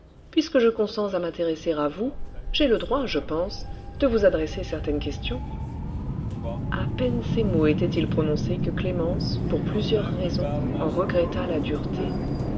puisque je consens à m'intéresser à vous j'ai le droit je pense de vous adresser certaines questions à peine ces mots étaient-ils prononcés que clémence pour plusieurs raisons en regretta la dureté